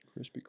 Krispy